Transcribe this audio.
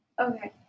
Okay